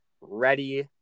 ready